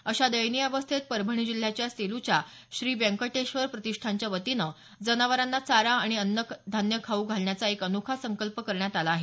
अशा दयनीय अवस्थेत परभणी जिल्ह्यातल्या सेलूच्या श्री व्यकंटेश्वर प्रतिष्ठानच्या वतीनं जनावरांना चारा आणि अन्न धान्य खाऊ घालण्याचा एक अनोखा संकल्प करण्यात आला आहे